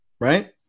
right